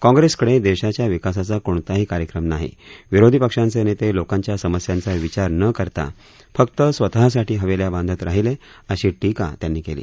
काँग्रेसकडे देशाच्या विकासाचा कोणताही कार्यक्रम नाही विरोधी पक्षांचे नेते लोकांच्या समस्यांचा विचार न करता फक्त स्वतःसाठी हवेल्या बांधत राहीले अशी टीका त्यांनी केली